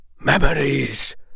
Memories